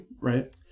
Right